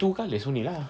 two colours only lah